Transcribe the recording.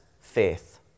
faith